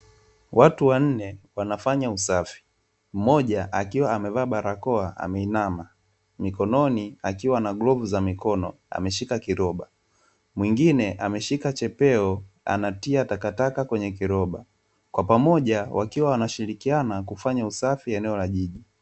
Watu wa nne wanafanya usafi, mmoja akiwa amevaa barakoa ameinama, mikononi akiwa na glovu za mikono ameshika kiroba, mwingine ameshika chepeo anatia takataka kwenye kiroba kwa pamoja wakiwa wanashirikiana kufanya usafi eneo la jiji.